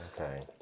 Okay